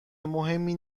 مهمی